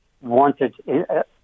wanted